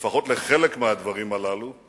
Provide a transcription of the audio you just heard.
לפחות לחלק מהדברים הללו.